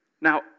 Now